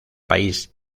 país